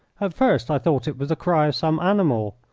at first i thought it was the cry of some animal,